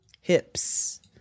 hips